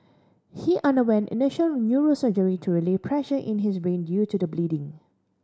he underwent initial neurosurgery to relieve pressure in his brain due to the bleeding